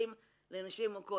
במקלטים לנשים מוכות